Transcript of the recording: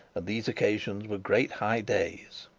and these occasions were great high days.